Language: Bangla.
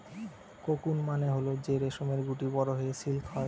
কোকুন মানে হল যে রেশমের গুটি বড়ো হয়ে সিল্ক হয়